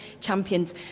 champions